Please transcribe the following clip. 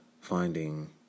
finding